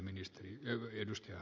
herra puhemies